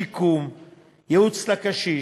שיקום וייעוץ לקשיש.